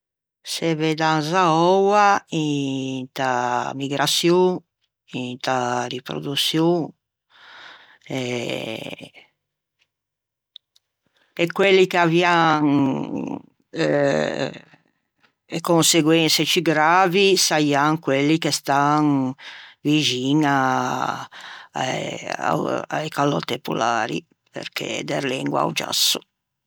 Se veddan za oua inta migraçion inta riproduçion e e quelli che avian eh e conseguense ciù gravi saian quelli che stan vixin a-e calòtte polari perché derlengua o giasso